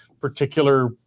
particular